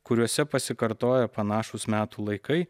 kuriuose pasikartoja panašūs metų laikai